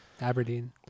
Aberdeen